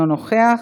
אינו נוכח,